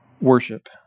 worship